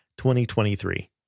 2023